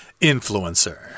influencer